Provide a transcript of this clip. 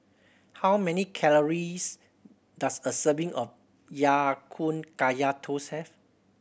how many calories does a serving of Ya Kun Kaya Toast have